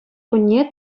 кунне